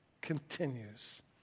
continues